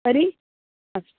तर्हि अस्तु